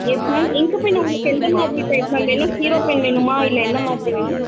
S ma'am ink pen உங்களுக்கு எந்த மாதிரி டைப் மேம் வேணும் ஹீரோ பென் வேணுமா இல்லை என்ன மாதிரி வேணும்